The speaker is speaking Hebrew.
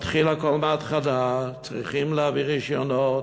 מתחיל הכול מההתחלה: צריכים להביא רישיונות,